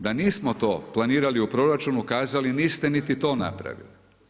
Da nismo to planirali u proračunu, kazali niste niti to napravili.